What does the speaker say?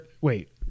wait